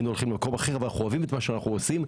היינו הולכים למקום אחר ואנחנו אוהבים את מה שאנחנו עושים.